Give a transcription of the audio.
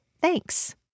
Thanks